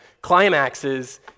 climaxes